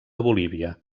bolívia